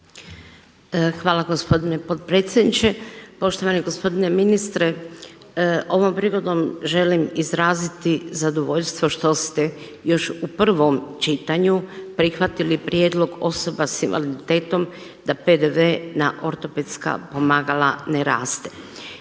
Hvala gospodine potpredsjedniče. Poštovani gospodine ministre, ovom prigodom želim izraziti zadovoljstvo što ste još u prvom čitanju prihvatili prijedlog osoba sa invaliditetom da PDV na ortopedska pomagala ne raste.